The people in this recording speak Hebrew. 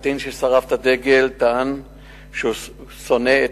והקטין ששרף את הדגל טען שהוא שונא את